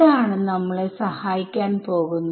ഇതാണ് നമ്മളെ സഹായിക്കാൻ പോകുന്നത്